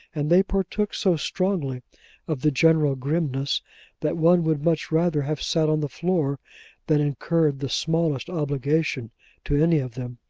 and they partook so strongly of the general grimness that one would much rather have sat on the floor than incurred the smallest obligation to any of them.